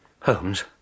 holmes